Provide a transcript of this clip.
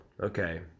Okay